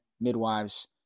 midwives